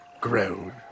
grown